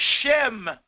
shem